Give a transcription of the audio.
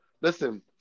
Listen –